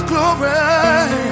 glory